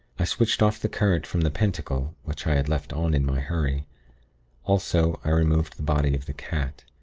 i switched off the current from the pentacle, which i had left on in my hurry also, i removed the body of the cat.